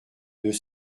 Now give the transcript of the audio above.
deux